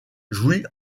jouit